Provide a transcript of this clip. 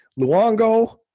Luongo